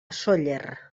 sóller